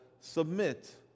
submit